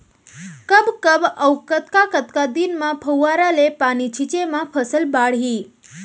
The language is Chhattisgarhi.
कब कब अऊ कतका कतका दिन म फव्वारा ले पानी छिंचे म फसल बाड़ही?